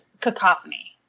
cacophony